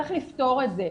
צריך לפתור את זה.